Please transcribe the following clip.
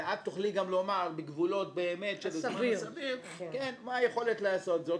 ואת תוכלי גם לומר בגבולות באמת של הזמן הסביר מה היכולת לעשות זאת,